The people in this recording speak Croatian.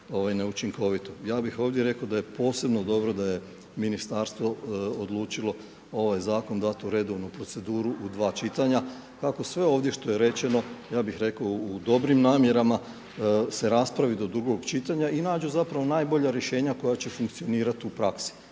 Ja bih ovdje rekao da je posebno dobro da je ministarstvo odlučilo ovaj zakon dati u redovnu proceduru u dva čitanja. Tako sve ovdje što je rečeno ja bih rekao u dobrim namjerama se raspravi do drugog čitanja i nađu zapravo najbolja rješenja koja će funkcionirati u praksi.